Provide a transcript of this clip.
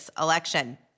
election